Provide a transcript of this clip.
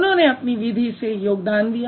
उन्होंने अपनी विधि से योगदान दिया